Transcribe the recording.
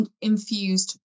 infused